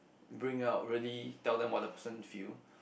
bring it up really tell them what the person feel